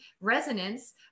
resonance